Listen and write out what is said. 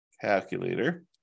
Calculator